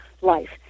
life